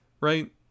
right